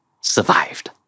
survived